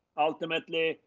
ultimately,